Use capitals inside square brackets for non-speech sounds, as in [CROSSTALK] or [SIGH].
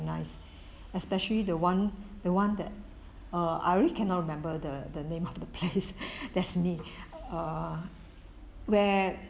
nice especially the one the one that uh I really cannot remember the the name of the place [LAUGHS] that's me err where